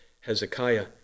Hezekiah